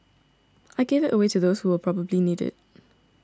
I gave it away to those who will probably need it